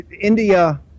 India